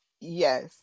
yes